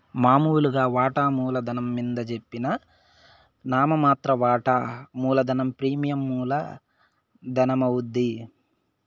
మామూలుగా వాటామూల ధనం మింద జెప్పిన నామ మాత్ర వాటా మూలధనం ప్రీమియం మూల ధనమవుద్ది